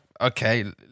Okay